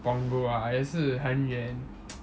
punggol ah 也是很远